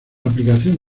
aplicación